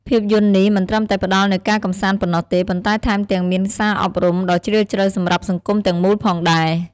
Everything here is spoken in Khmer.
ភាពយន្ត នេះមិនត្រឹមតែផ្តល់នូវការកម្សាន្តប៉ុណ្ណោះទេ ប៉ុន្តែថែមទាំងមានសារអប់រំដ៏ជ្រាលជ្រៅសម្រាប់សង្គមទាំងមូលផងដែរ ។